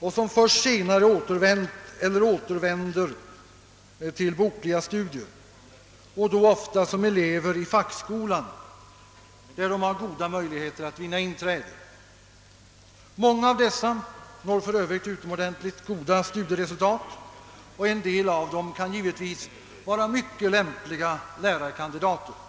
och som först senare återvänt eller återvänder till bokliga studier och då ofta som elever i fackskolan, där de har goda möjligheter att vinna inträde. Många av dessa når för övrigt utomordentligt goda studieresultat, och en del av dem kan givetvis vara mycket lämpliga lärarkandidater.